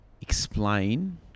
explain